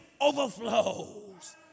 overflows